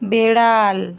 বেড়াল